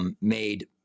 made